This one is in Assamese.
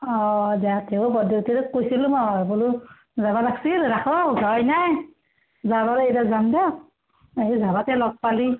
অঁ তেওঁ বৰদেউতাৰক কৈছিলোঁ মই বোলো যাব লাগিছিল ৰাসত যাম দিয়ক লগ পালি